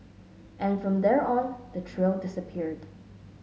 and from there on the trail disappeared